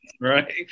Right